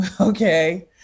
okay